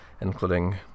including